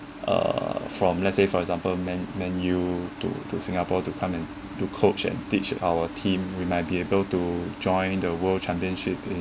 uh from let's say for example m~ M_U you to to singapore to come in to coach and teach our team we might be able to join the world championship in